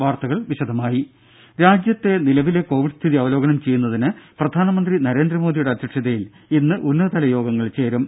വാർത്തകൾ വിശദമായി രാജ്യത്തെ നിലവിലെ കോവിഡ് സ്ഥിതി അവലോകനം ചെയ്യുന്നതിന് പ്രധാനമന്ത്രി നരേന്ദ്രമോദിയുടെ അധ്യക്ഷതയിൽ ഇന്ന് ഉന്നതതല യോഗങ്ങൾ ചേരും